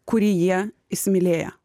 kurį jie įsimylėję